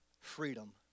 freedom